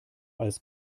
als